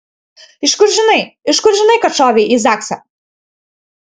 iš kur žinai iš kur žinai kad šovė į zaksą